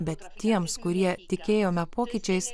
bet tiems kurie tikėjome pokyčiais